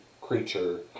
creature